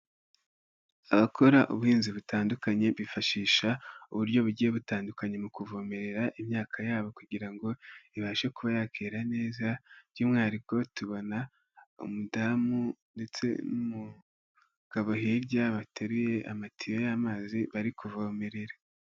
Abakora ubuhinzi butandukanye, bifashisha uburyo bugiye butandukanye mu kuvomerera imyaka yabo kugira ngo ibashe kuba yakera neza, by'umwihariko tubona umudamu ndetse n'umugabo hirya bateruye amatiyo y'amazi bari kuvomerera.